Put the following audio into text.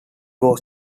was